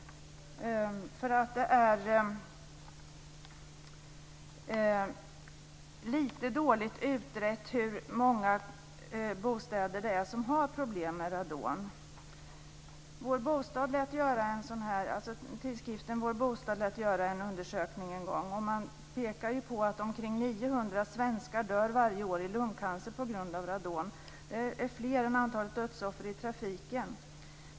Det är lite dåligt utrett hur många bostäder det är som har problem med radon. Tidskriften Vår Bostad lät göra en undersökning där man pekade på att omkring 900 svenskar dör varje år i lungcancer på grund av radon. Det är fler än antalet dödsoffer i trafiken.